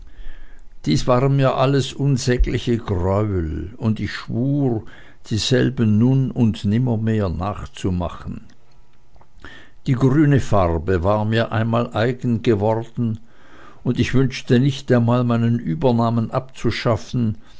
dies waren mir alles unsägliche greuel und ich schwur dieselben nun und nimmermehr nachzumachen die grüne farbe war mir einmal eigen geworden und ich wünschte nicht einmal meinen übernamen abzuschaffen